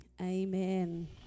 amen